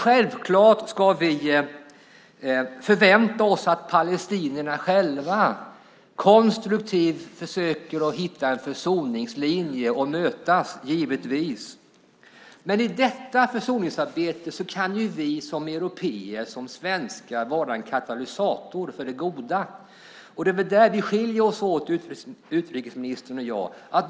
Självklart ska vi förvänta oss att palestinierna själva konstruktivt försöker hitta en försoningslinje och mötas, givetvis. Men i det försoningsarbetet kan vi som européer och svenskar vara en katalysator för det goda. Det är väl där vi skiljer oss åt, utrikesministern och jag.